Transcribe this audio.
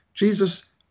Jesus